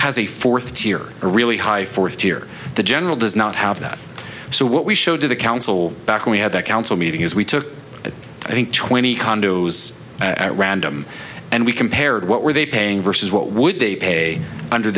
has a fourth tier a really high fourth tier the general does not have that so what we showed to the council back we had that council meeting is we took i think twenty condos at random and we compared what were they paying versus what would they pay under